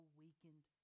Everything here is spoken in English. weakened